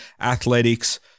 athletics